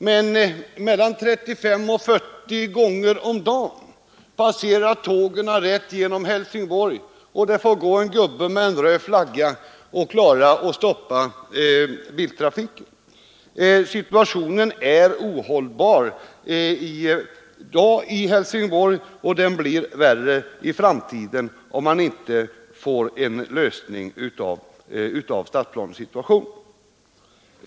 Men mellan 35 och 40 gånger om dagen passerar tågen rätt genom Helsingborg, och en gubbe med röd flagga får gå och stoppa biltrafiken. Situationen är ohållbar i dag i Helsingborg, och den blir värre i framtiden om man inte får en lösning av stadsplaneproblemet.